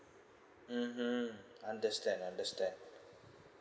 mm understand understand